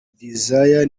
désiré